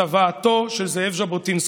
צוואתו של זאב ז'בוטינסקי: